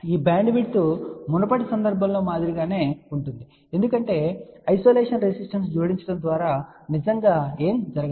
ఈ బ్యాండ్విడ్త్ మునుపటి సందర్భంలో మాదిరిగానే ఉంటుంది ఎందుకంటే ఐసోలేషన్ రెసిస్టెన్స్ జోడించడం ద్వారా నిజంగా ఏమీ జరగదు